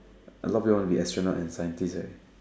a lot of people want to be astronaut and scientist right